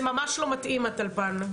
זה ממש לא מתאים הטלפן,